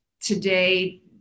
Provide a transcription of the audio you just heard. today